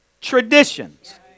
Traditions